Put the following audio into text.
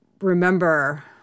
remember